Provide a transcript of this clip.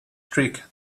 streak